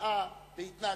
מניעה בהתנהגות.